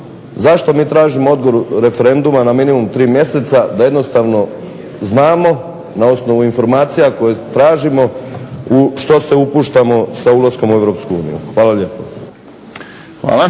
zašto mi tražimo odgodu referenduma na minimum tri mjeseca, da jednostavno znamo na osnovu informacija koje tražimo u što se upuštamo sa ulaskom u Europsku uniju. Hvala